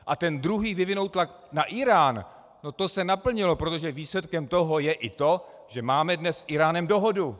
A ten druhý vyvinout tlak na Írán, to se naplnilo, protože výsledkem toho je i to, že máme dnes s Íránem dohodu.